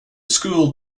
school